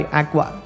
aqua